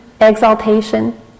exaltation